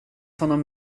honom